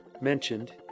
mentioned